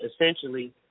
essentially